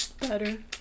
Better